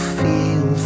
feel